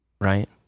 Right